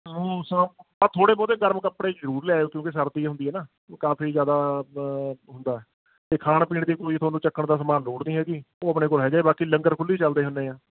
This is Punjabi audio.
ਥੋੜ੍ਹੇ ਬਹੁਤੇ ਗਰਮ ਕੱਪੜੇ ਜ਼ਰੂਰ ਲੈ ਆਇਓ ਕਿਉਂਕਿ ਸਰਦੀ ਹੁੰਦੀ ਹੈ ਨਾ ਕਾਫ਼ੀ ਜ਼ਿਆਦਾ ਹੁੰਦਾ ਅਤੇ ਖਾਣ ਪੀਣ ਦੀ ਕੋਈ ਤੁਹਾਨੂੰ ਚੱਕਣ ਦਾ ਸਮਾਨ ਲੋੜ ਨਹੀਂ ਹੈਗੀ ਉਹ ਆਪਣੇ ਕੋਲ ਹੈਗਾ ਬਾਕੀ ਲੰਗਰ ਖੁੱਲ੍ਹੇ ਹੀ ਚੱਲਦੇ ਹੁੰਦੇ ਆ